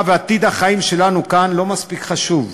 ועתיד החיים שלנו כאן לא מספיק חשובים.